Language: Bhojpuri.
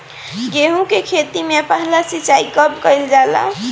गेहू के खेती मे पहला सिंचाई कब कईल जाला?